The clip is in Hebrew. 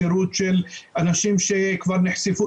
שירות לאנשים שנחשפו,